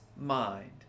Mind